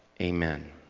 Amen